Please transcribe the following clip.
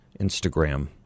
Instagram